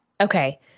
Okay